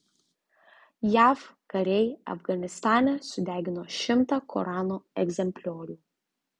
jav kariai afganistane sudegino šimtą korano egzempliorių